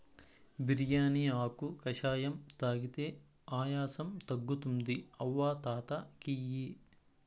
బిర్యానీ ఆకు కషాయం తాగితే ఆయాసం తగ్గుతుంది అవ్వ తాత కియి